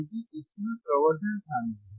क्योंकि इसमें प्रवर्धन शामिल है